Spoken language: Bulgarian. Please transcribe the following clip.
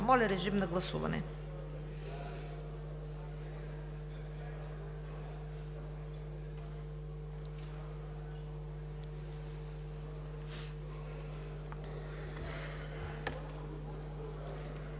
Моля, режим на гласуване